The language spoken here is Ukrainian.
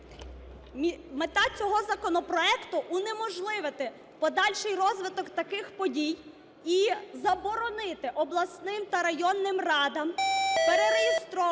Мета цього законопроекту – унеможливити подальший розвиток таких подій і заборонити обласним та районним радам перереєстровувати